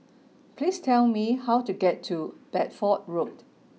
please tell me how to get to Bedford Road